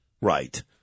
Right